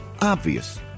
Obvious